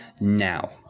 now